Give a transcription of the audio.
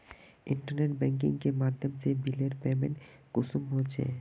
Internet banking के माध्यम से बिलेर पेमेंट कुंसम होचे?